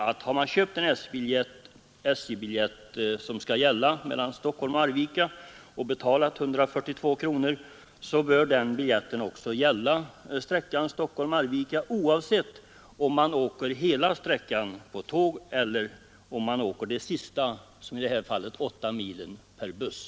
Om man har köpt en SJ-biljett för 142 kronor, som skall gälla för resa mellan Stockholm och Arvika, så bör den biljetten gälla för hela sträckan, oavsett om man åker tåg hela tiden eller om man färdas de sista åtta milen per buss.